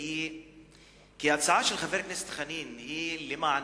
כי ההצעה של חבר הכנסת חנין היא למען